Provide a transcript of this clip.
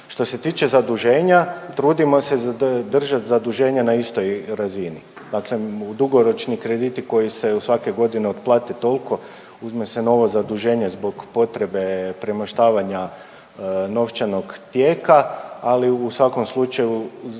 Što se tiče zaduženja trudimo se zadržati zaduženja na istoj razini. Dakle, dugoročni krediti koji se svake godine otplate toliko uzme se novo zaduženje zbog potrebe premoštavanja novčanog tijeka, ali u svakom slučaju